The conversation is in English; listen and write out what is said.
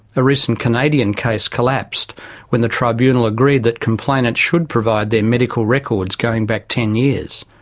a recent canadian case collapsed when the tribunal agreed that complainants should provide their medical records going back ten years.